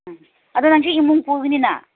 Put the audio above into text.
ꯎꯝ ꯑꯗꯣ ꯅꯪꯁꯤ ꯏꯃꯨꯡ ꯄꯨꯒꯅꯤꯅ